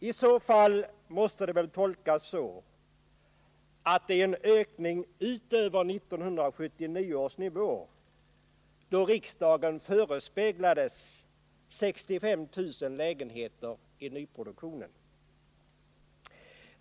Detta måste väl tolkas så att det är fråga om en ökning utöver 1979 års nivå, då riksdagen förespeglades 65 000 lägenheter i nyproduktionen?